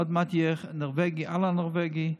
עוד מעט יהיה נורבגי על הנורבגי,